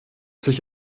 sich